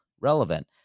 relevant